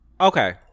Okay